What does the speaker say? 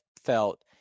felt